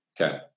okay